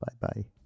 Bye-bye